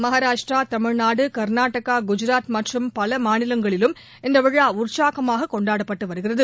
மாகராஷ்டிரா தமிழ்நாடு கர்நாடகா குஜராத் மற்றும் பல மாநிலங்களிலும் இந்த விழா உற்சாகமாக கொண்டாடப்பட்டு வருகிறது